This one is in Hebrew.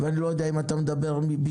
ואני לא יודע אם אתה מדבר בשמו,